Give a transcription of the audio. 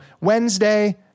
Wednesday